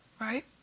Right